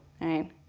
right